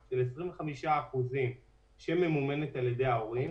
ה-25% שממומנת על ידי ההורים,